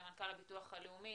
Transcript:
מנכ"ל הביטוח הלאומי,